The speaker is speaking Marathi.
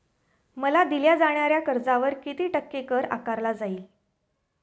मला दिल्या जाणाऱ्या कर्जावर किती टक्के कर आकारला जाईल?